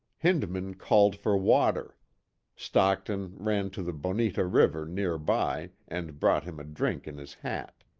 hindman called for water stockton ran to the bonita river, nearby, and brought him a drink in his hat.